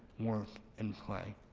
work and play.